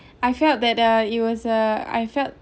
I felt that uh it was uh I felt